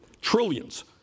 trillions